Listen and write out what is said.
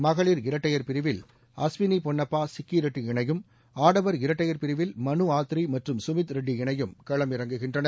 மகளிர் இரட்டையர் பிரிவில் அஸ்வினி பொன்னப்பா சிக்கி ரெட்டி இணையும் ஆடவர் இரட்டையர் பிரிவில் மனு ஆத்ரி மற்றும் சுமித் ரெட்டி இணையும் களம் இறங்குகின்றனர்